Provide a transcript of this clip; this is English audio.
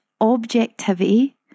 objectivity